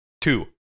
two